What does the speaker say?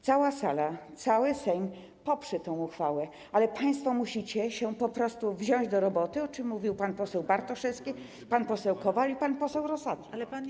Cała sala, cały Sejm poprze tę uchwałę, ale państwo musicie się wziąć do roboty, o czym mówili pan poseł Bartoszewski, pan poseł Kowal i pan poseł Rosati.